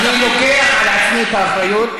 אני לוקח על עצמי את האחריות.